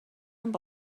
amb